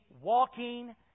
walking